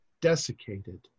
desiccated